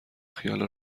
خیال